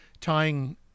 tying